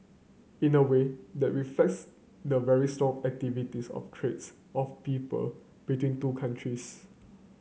in a way that reflects the very strong activities of trades of people between two countries